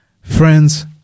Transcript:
Friends